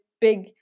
big